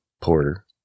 Porter